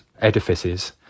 edifices